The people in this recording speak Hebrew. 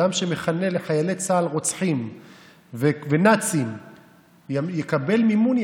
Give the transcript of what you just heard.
שאדם שמכנה את חיילי צה"ל רוצחים ונאצים יקבל מימון,